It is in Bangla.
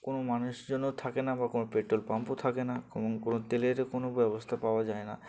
কোনো মানুষজনও থাকে না বা কোনো পেট্রোল পাম্পও থাকে না কোনো কোনো তেলেরও কোনো ব্যবস্থা পাওয়া যায় না